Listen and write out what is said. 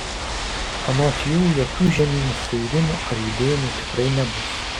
anot jų jokių žemynų suirimų ar judėjimų tikrai nebus